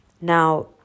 Now